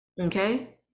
Okay